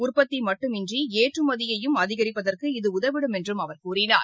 உற்பத்திமட்டுமின்றிஏற்றுமதியையும் அதிகரிப்பதற்கு இது உதவிடும் என்றும் அவர் கூறினார்